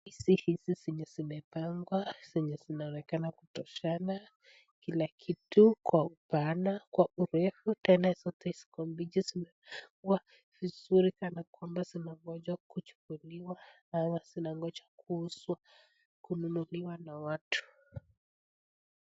Ndizi hizi zenye zimepangwa zenye zinaonekana kutoshana kila kitu kwa ipana, kwa urefu tena kuna zote ziko mbichi zimefungwa vizuri sana kana kwamba zinangoja kuchukuliwa ama zinangoja kununuliwa na watu.